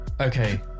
Okay